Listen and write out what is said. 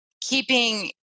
keeping